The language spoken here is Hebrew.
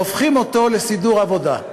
והופכים אותו לסידור עבודה.